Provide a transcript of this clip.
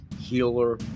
healer